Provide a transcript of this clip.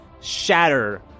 shatter